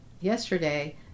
yesterday